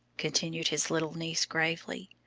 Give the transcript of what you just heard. continued his little niece gravely,